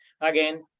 again